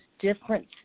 different